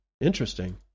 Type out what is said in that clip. Interesting